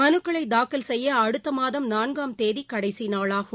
மனுக்களை தாக்கல் செய்ய அடுத்த மாதம் நாள்காம் தேதி கடைசி நாளாகும்